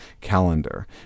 calendar